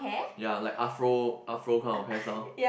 ya like Afro Afro kind of hairstyle